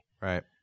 Right